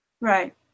right